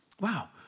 Wow